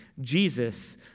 Jesus